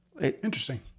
Interesting